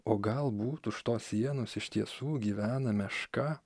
o galbūt už tos sienos iš tiesų gyvena meška